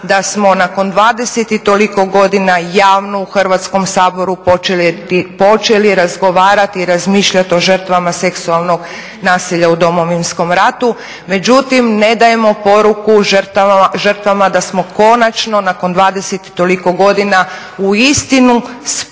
da smo nakon 20 i toliko godina javno u Hrvatskom saboru počeli razgovarat i razmišljat o žrtvama seksualnog nasilja u Domovinskom ratu, međutim ne dajemo poruku žrtvama da smo konačno nakon 20 i toliko godina uistinu spremni